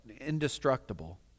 indestructible